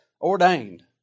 ordained